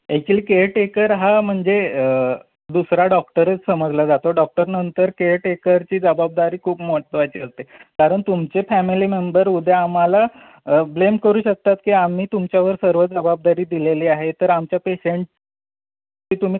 actually caretaker हा म्हणजे दुसरा डॉक्टरच समजला जातो डॉक्टरनंतर केयरटेकरची जबाबदारी खूप महत्त्वाची असते कारण तुमचे फॅमिली मेंबर उद्या आम्हाला ब्लेम करू शकतात की आम्ही तुमच्यावर सर्व जबाबदारी दिलेली आहे तर आमच्या पेशंटची तुम्ही